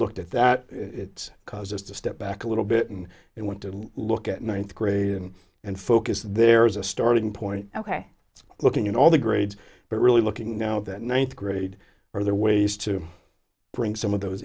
looked at that it caused us to step back a little bit and we want to look at ninth grade and focus there as a starting point ok looking at all the grades but really looking now at the ninth grade are there ways to bring some of those